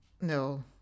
no